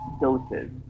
doses